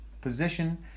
position